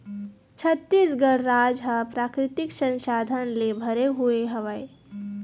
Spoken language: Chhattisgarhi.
छत्तीसगढ़ राज ह प्राकृतिक संसाधन ले भरे हुए हवय